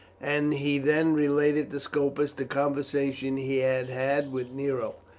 and he then related to scopus the conversation he had had with nero.